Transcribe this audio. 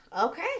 Okay